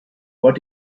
what